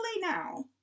now